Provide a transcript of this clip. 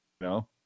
No